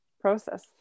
process